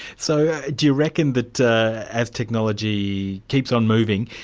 so do you reckon that as technology keeps on moving,